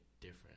different